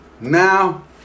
Now